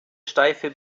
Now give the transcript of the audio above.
steife